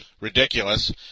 ridiculous